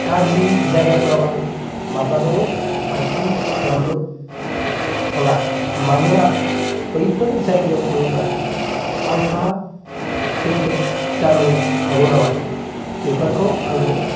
गाज्रि जायगाफोराव आं माब्लाबाबो बाइकिं खालामनो थाङा मानोना बैफोर जायगायाव थाङोब्ला आंहा खैफोद जानो हागौ नामा बेफोरखौ आङो